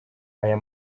aya